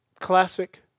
Classic